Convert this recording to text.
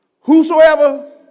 Whosoever